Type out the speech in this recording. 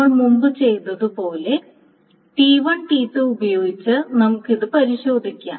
നമ്മൾ മുമ്പ് ചെയ്തതുപോലെ T1 T2 ഉപയോഗിച്ച് നമുക്ക് ഇത് പരിശോധിക്കാം